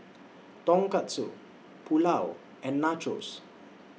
Tonkatsu Pulao and Nachos